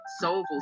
soulful